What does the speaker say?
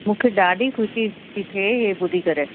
मूंखे ॾाढी ख़ुशी थी थिए हीउ ॿुधी करे